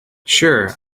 sure